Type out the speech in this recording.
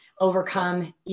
overcome